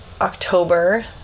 October